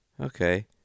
Okay